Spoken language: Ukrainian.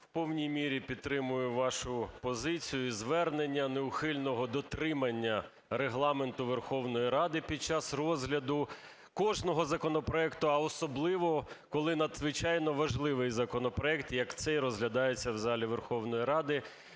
в повній мірі підтримую вашу позицію і звернення неухильного дотримання Регламенту Верховної Ради під час розгляду кожного законопроекту, а особливо коли надзвичайно важливий законопроект, як цей, розглядається в залі Верховної Ради,